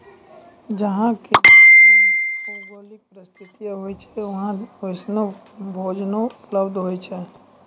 जहां के जैसनो भौगोलिक परिस्थिति होय छै वहां वैसनो भोजनो उपलब्ध होय छै